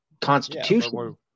constitution